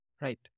right